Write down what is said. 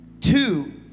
two